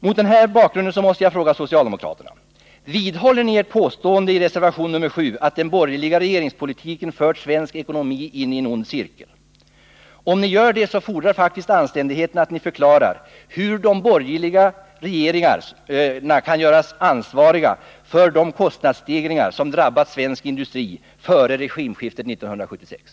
Mot den här bakgrunden måste jag fråga socialdemokraterna: Vidhåller ni ert påstående i reservation nr 7 att den borgerliga regeringspolitiken fört svensk ekonomi in i en ond cirkel? Om ni gör det fordrar faktiskt anständigheten att ni förklarar hur de borgerliga regeringarna kan göras ansvariga för de kostnadsstegringar som drabbade svensk industri före regimskiftet 1976.